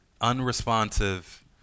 unresponsive